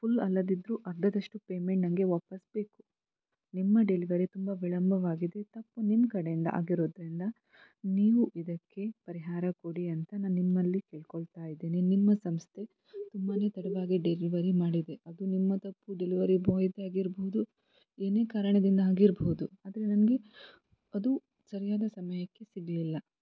full ಅಲ್ಲದಿದ್ದರೂ ಅರ್ಧದಷ್ಟು payment ನನಗೆ ವಾಪಸ್ ಬೇಕು ನಿಮ್ಮ ಡೆಲಿವರಿ ತುಂಬ ವಿಳಂಬವಾಗಿದೆ ತಪ್ಪು ನಿಮ್ಮ ಕಡೆಯಿಂದ ಆಗಿರೋದ್ರಿಂದ ನೀವು ಇದಕ್ಕೆ ಪರಿಹಾರ ಕೊಡಿ ಅಂತ ನಾನು ನಿಮ್ಮಲ್ಲಿ ಕೇಳಿಕೊಳ್ತಾ ಇದ್ದೇನೆ ನಿಮ್ಮ ಸಂಸ್ಥೆ ತುಂಬಾ ತಡವಾಗಿ ಡೆಲಿವರಿ ಮಾಡಿದೆ ಅದು ನಿಮ್ಮ ತಪ್ಪು ಡೆಲಿವರಿ ಬಾಯ್ದೇ ಆಗಿರಬಹುದು ಏನೇ ಕಾರಣದಿಂದಾಗಿರಬಹುದು ಆದರೆ ನನಗೆ ಅದು ಸರಿಯಾದ ಸಮಯಕ್ಕೆ ಸಿಗಲಿಲ್ಲ